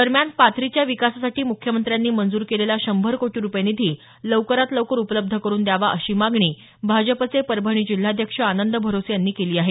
दरम्यान पाथरीच्या विकासासाठी मुख्यमंत्र्यांनी मंजूर केलेला शंभर कोटी रुपये निधी लवकरात लवकर उपलब्ध करून द्यावा अशी मागणी भाजपचे परभणी जिल्हाध्यक्ष आनंद भरोसे यांनी केली आहे